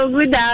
Good